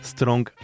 Strong